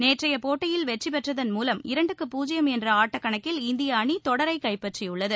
நேற்றைய போட்டியில் வெற்றிபெற்றதன் மூவம் இரண்டுக்கு பூஜ்யம் என்ற ஆட்ட கணக்கில் இந்திய அணி தொடரை கைப்பற்றியுள்ளது